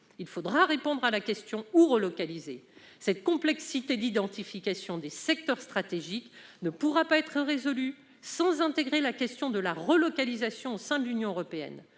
Il faudra répondre à la question : où relocaliser ? La complexité de l'identification des secteurs stratégiques ne pourra être surmontée sans aborder la question de la relocalisation au sein de l'Union européenne